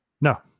No